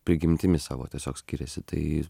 prigimtimi savo tiesiog skiriasi tai